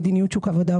מדיניות שוק העבודה,